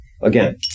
Again